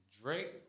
Drake